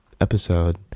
episode